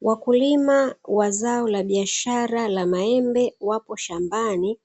Wakulima wa zao la biashara la maembe wapo shambani,